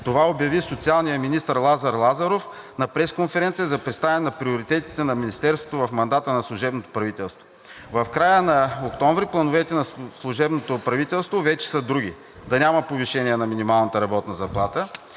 Това обяви социалният министър Лазар Лазаров на пресконференция за представяне на приоритетите на Министерството в мандата на служебното правителство. В края на октомври плановете на служебното правителство вече са други – да няма повишение на минималната работна заплата.